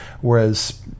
Whereas